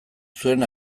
zuen